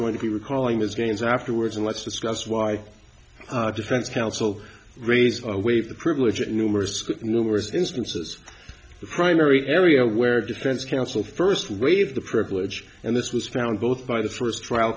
going to be recalling his games afterwards and let's discuss why defense counsel raised a way to privilege numerous numerous instances the primary area where defense counsel first waive the privilege and this was found both by the first trial